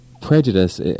Prejudice